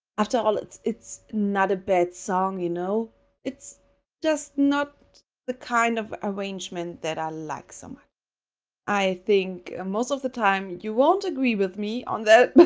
after all, it's it's not a bad song, you know it's just not the kind of arrangement that i like so much i think most of the time you won't agree with me on that,